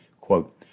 quote